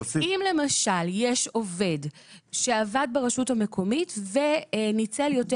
אם למשל יש עובד שעבד ברשות המקומית וניצל יותר